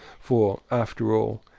for, after all,